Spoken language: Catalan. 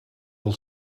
del